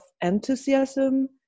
enthusiasm